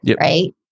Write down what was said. right